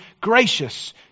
gracious